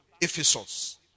Ephesus